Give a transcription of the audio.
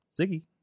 Ziggy